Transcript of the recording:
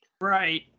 Right